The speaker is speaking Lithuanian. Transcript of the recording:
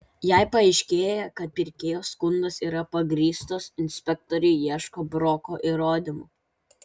jei paaiškėja kad pirkėjo skundas yra pagrįstas inspektoriai ieško broko įrodymų